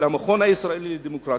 של המכון הישראלי לדמוקרטיה,